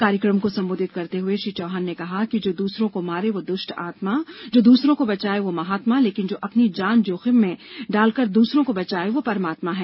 कार्यक्रम को संबोधित करते हुए श्री चौहान ने कहा कि जो दूसरों को मारे वो दुष्ट आत्मा जो दूसरों को बचाये वो महात्मा लेकिन जो अपनी जान जोखिम में डालकर दूसरों को बचाये वो परमात्मा है